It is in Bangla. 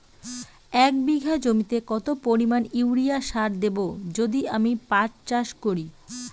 এক বিঘা জমিতে কত পরিমান ইউরিয়া সার দেব যদি আমি পাট চাষ করি?